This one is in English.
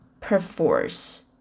perforce